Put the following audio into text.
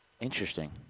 Interesting